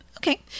okay